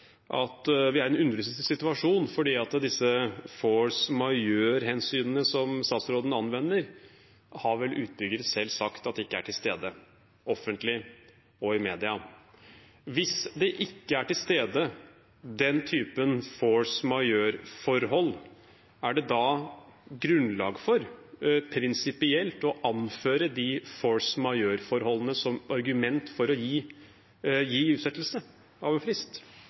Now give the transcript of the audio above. at vi her er i en underlig situasjon, for disse force majeure-hensynene som statsråden anvender, har vel utbygger selv – offentlig og i mediene – sagt at ikke er til stede. Hvis den typen force majeure-forhold ikke er til stede, er det da grunnlag for prinsipielt å anføre de force majeure-forholdene som argument for å gi utsettelse av en frist?